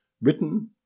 written